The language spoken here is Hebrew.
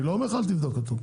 אני לא מבקש ממך לא לבדוק אותו.